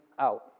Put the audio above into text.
out